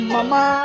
Mama